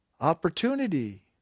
Opportunity